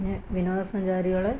പിന്നെ വിനോദസഞ്ചാരികൾ